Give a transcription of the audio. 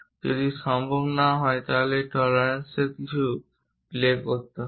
যদি সম্ভব না হয় তাহলে এই টলারেন্সস সাথে কিছু প্লে করতে হবে